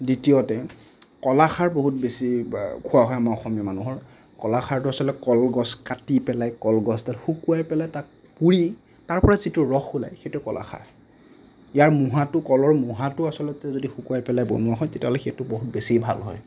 দ্বিতীয়তে কলাখাৰ বহুত বেছি খোৱা হয় আমাৰ অসমীয়া মানুহৰ কলাখাৰটো আচলতে কলগছ কাটি পেলাই কলগছডাল শুকোৱাই পেলাই তাক পুৰি তাৰ পৰা যিটো ৰস ওলাই সেইটো কলাখাৰ ইয়াৰ মূঢ়াটো কলৰ মূঢ়াটো আচলতে যদি শুকোৱাই পেলাই বনোৱা হয় তেতিয়াহ'লে সেইটো বহুত বেছি ভাল হয়